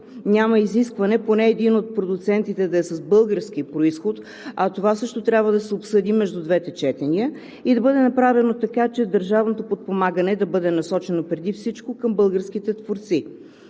Няма изискване поне един от продуцентите да е с български произход, а това също трябва да се обсъди между двете четения и да бъде направено така, че държавното подпомагане да бъде насочено преди всичко към българските творци.